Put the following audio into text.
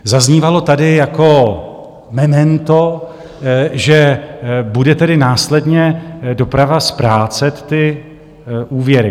Zaznívalo tady jako memento, že bude tedy následně doprava splácet ty úvěry.